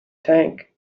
tank